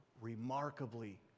remarkably